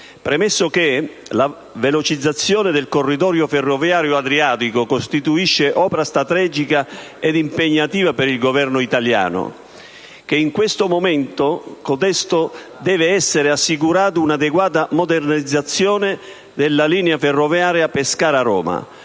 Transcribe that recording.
Pescara-Roma. La velocizzazione del corridoio ferroviario adriatico costituisce opera strategica ed impegnativa per il Governo italiano. In questo contesto deve essere assicurata un'adeguata modernizzazione della linea ferroviaria Pescara-Roma.